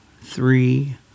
three